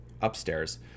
upstairs